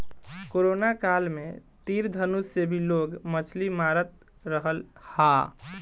corona काल में तीर धनुष से भी लोग मछली मारत रहल हा